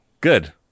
Good